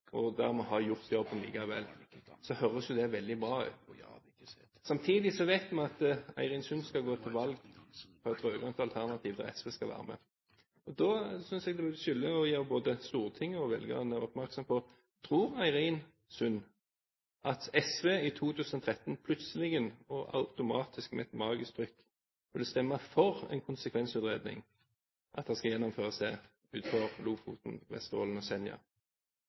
for der er allerede deler av det konsekvensutredet, og en kan ta den kunnskapen som en nå henter inn, klippe og lime rett inn i en konsekvensutredning, og dermed ha gjort jobben likevel. Samtidig vet vi at Eirin Sund skal gå til valg på et rød-grønt alternativ, der SV skal være med. Da synes jeg en skylder å gjøre både Stortinget og velgerne oppmerksom på: Tror Eirin Sund at SV i 2013 plutselig og automatisk med et magisk trykk vil stemme for at en konsekvensutredning skal gjennomføres utenfor Lofoten, Vesterålen og